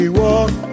walk